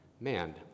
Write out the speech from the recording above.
Man